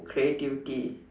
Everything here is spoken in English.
creativity